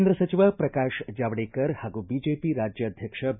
ಕೇಂದ್ರ ಸಚಿವ ಪ್ರಕಾಶ ಜಾವಡೇಕರ್ ಹಾಗೂ ಬಿಜೆಪಿ ರಾಜ್ಯಾಧ್ಯಕ್ಷ ಬಿ